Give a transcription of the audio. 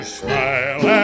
smile